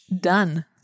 Done